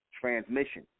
transmission